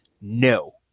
no